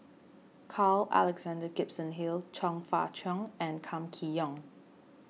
Carl Alexander Gibson Hill Chong Fah Cheong and Kam Kee Yong